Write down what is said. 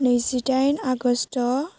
नैजिदाइन आगष्ट'